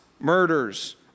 murders